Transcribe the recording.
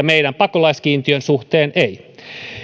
meidän pakolaiskiintiön suhteen